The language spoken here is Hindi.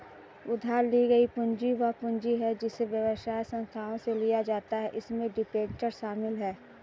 उधार ली गई पूंजी वह पूंजी है जिसे व्यवसाय संस्थानों से लिया जाता है इसमें डिबेंचर शामिल हैं